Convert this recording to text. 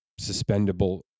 suspendable